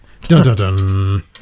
Dun-dun-dun